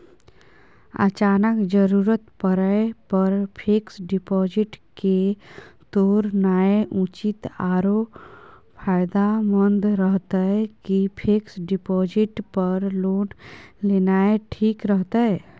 अचानक जरूरत परै पर फीक्स डिपॉजिट के तोरनाय उचित आरो फायदामंद रहतै कि फिक्स डिपॉजिट पर लोन लेनाय ठीक रहतै?